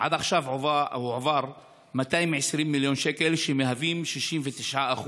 עד עכשיו הועברו 220 מיליון שקל, שמהווים 69%,